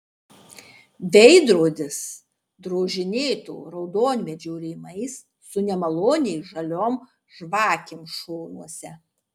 veidrodis drožinėto raudonmedžio rėmais su nemaloniai žaliom žvakėm šonuose